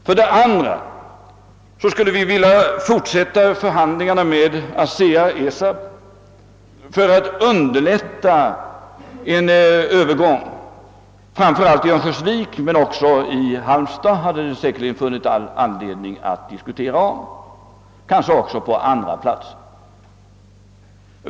För det andra skulle vi vilja fortsätta förhandlingarna med ASEA-ESAB för att underlätta en övergång, framför allt i Örnsköldsvik men också i Halmstad och kanske på andra platser.